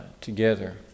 together